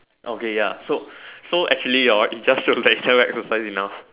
okay ya so so actually orh it just shows that you never exercise enough